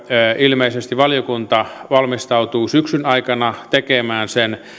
ilmeisesti valiokunta valmistautuu syksyn aikana tekemään sen